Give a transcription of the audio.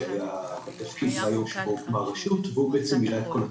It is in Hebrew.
שכיהן בתפקיד מהיום שבו הוקמה הרשות והוא בעצם מילא את כל התפקידים.